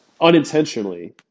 Unintentionally